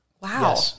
Wow